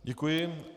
Děkuji.